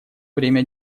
время